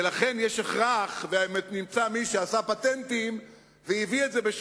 ולכן יש הכרח, ונמצא מי שעשה פטנטים והביא את זה.